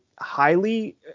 highly